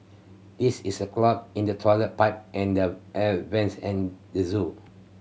this is a clog in the toilet pipe and the air vents at the zoo